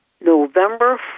November